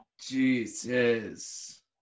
Jesus